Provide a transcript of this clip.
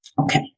Okay